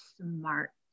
smart